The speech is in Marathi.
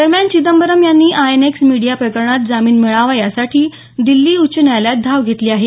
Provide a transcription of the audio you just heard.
दरम्यान चिदंबरम यांनी आयएनएक्स मीडिया प्रकरणात जामीन मिळावा यासाठी दिल्ली उच्च न्यायालयात धाव घेतली आहे